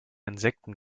insekten